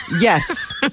Yes